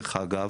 דרך אגב,